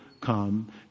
come